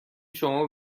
شما